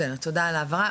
בסדר תודה על ההבהרה,